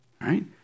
Right